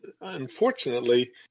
unfortunately